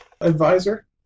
advisor